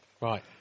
right